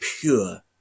pure